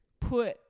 put